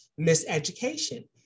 miseducation